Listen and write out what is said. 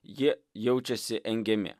jie jaučiasi engiami